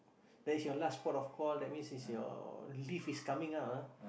that is your last port of call that means is your leave is coming up ah